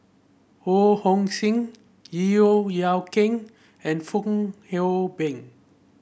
Ho Hong Sing Yeo Yeow Kwang and Fong Hoe Beng